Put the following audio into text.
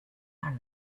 heart